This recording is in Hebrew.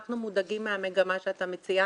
אנחנו מודאגים מהמגמה שאתה ציינת,